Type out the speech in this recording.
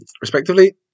respectively